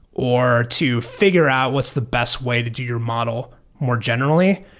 or to figure out what's the best way to do your model more generally.